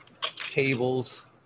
tables